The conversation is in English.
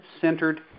centered